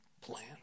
plan